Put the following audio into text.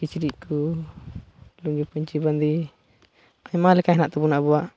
ᱠᱤᱪᱨᱤᱡ ᱠᱚ ᱞᱩᱸᱜᱤ ᱯᱟᱹᱧᱪᱤ ᱵᱟᱸᱫᱮ ᱟᱭᱢᱟ ᱞᱮᱠᱟ ᱦᱮᱱᱟᱜ ᱛᱟᱵᱚᱱᱟ ᱟᱵᱚᱱᱟᱜ